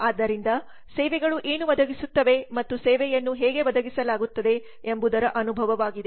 ಆದ್ದರಿಂದ ಸೇವೆಗಳು ಏನು ಒದಗಿಸುತ್ತವೆ ಮತ್ತು ಸೇವೆಯನ್ನು ಹೇಗೆ ಒದಗಿಸಲಾಗುತ್ತದೆ ಎಂಬುದರ ಅನುಭವವಾಗಿದೆ